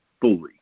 fully